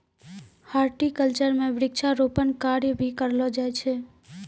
horticulture म वृक्षारोपण कार्य भी करलो जाय छै